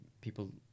people